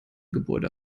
gebäude